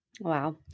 Wow